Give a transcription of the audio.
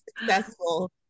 successful